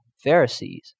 Pharisees